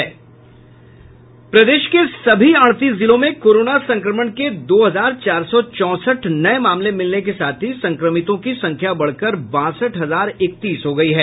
प्रदेश के सभी अड़तीस जिलों में कोरोना संक्रमण के दो हजार चार सौ चौंसठ नये मामले मिलने के साथ ही संक्रमितों की संख्या बढ़कर बासठ हजार इकतीस हो गई है